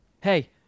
hey